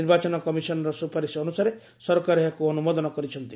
ନିର୍ବାଚନ କମିଶନ୍ ର ସୁପାରିଶ ଅନୁସାରେ ସରକାର ଏହାକୁ ଅନୁମୋଦନ କରିଛନ୍ତି